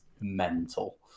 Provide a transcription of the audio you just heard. mental